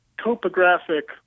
topographic